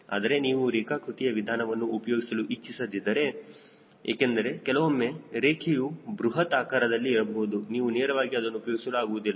ಆದರೆ ನೀವು ರೇಖಾಕೃತಿಯ ವಿಧಾನವನ್ನು ಉಪಯೋಗಿಸಲು ಇಚ್ಛಿಸದಿದ್ದರೂ ಏಕೆಂದರೆ ಕೆಲವೊಮ್ಮೆ ರೇಖೆಯು ಬೃಹತ್ ಆಕಾರದಲ್ಲಿ ಇರಬಹುದು ನೀವು ನೇರವಾಗಿ ಇದನ್ನು ಉಪಯೋಗಿಸಲು ಆಗುವುದಿಲ್ಲ